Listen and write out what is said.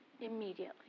immediately